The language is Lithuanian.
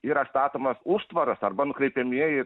yra statomas užtvaras arba nukreipiamieji